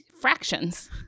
fractions